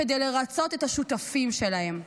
כדי לרצות את השותפים שלהם.